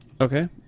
Okay